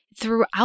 throughout